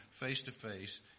face-to-face